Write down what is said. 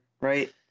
right